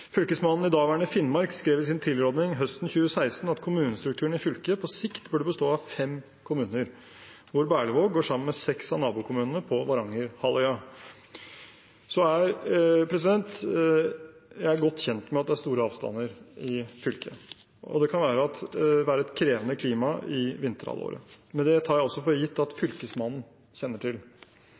Fylkesmannen i daværende Finnmark skrev i sin tilråding høsten 2016 at kommunestrukturen i fylket på sikt burde bestå av fem kommuner, hvor Berlevåg går sammen med seks av nabokommunene på Varangerhalvøya. Jeg er godt kjent med at det er store avstander i fylket, og det kan være et krevende klima i vinterhalvåret. Men det tar jeg også for gitt at Fylkesmannen kjenner til.